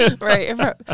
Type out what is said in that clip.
Right